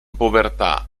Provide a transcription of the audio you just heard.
povertà